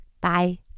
Bye